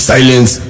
Silence